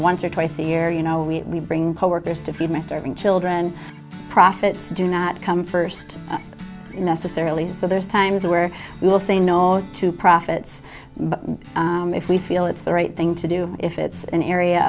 once or twice a year you know we bring coworkers to feed my starving children profits do not come first necessarily so there's times where we will say no to profits but if we feel it's the right thing to do if it's an area